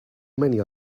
many